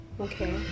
Okay